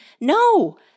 No